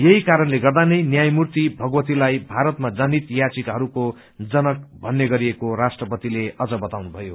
यही कारणले गर्दा नै न्यायमूर्ति भगवतीलाई भारतमा जनहित याचिकाहरूको जनक भन्ने गरिएका राष्ट्रपतिले अझ बताउनुभयो